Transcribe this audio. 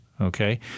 Okay